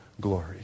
glory